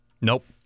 nope